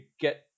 get